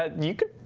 ah nick